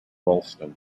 rolleston